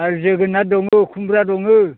आर जोगोनार दङो खुमब्रा दङो